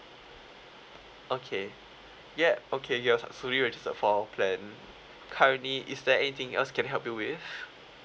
okay yup okay you had fully registered for our plan currently is there anything else can help you with